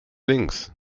links